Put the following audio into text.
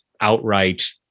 outright